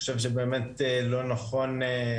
אני חושב שבאמת לא נכון,